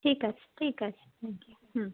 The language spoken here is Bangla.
ঠিক আছে ঠিক আছে থ্যাংক ইউ হুম